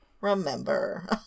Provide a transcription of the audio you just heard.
remember